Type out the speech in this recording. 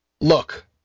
Look